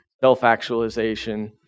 self-actualization